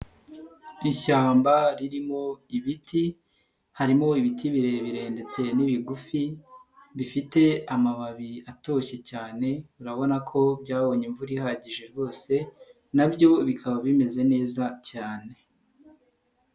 Ishyamba ririmo ibiti, harimo ibiti birebire ndetse n'ibigufi bifite amababi atoshye cyane. Urabona ko byabonye imvura ihagije rwose, nabyo bikaba bimeze neza cyane.